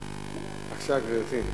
בבקשה, גברתי.